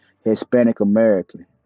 Hispanic-American